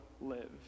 live